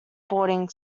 boarding